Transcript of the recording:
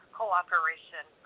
cooperation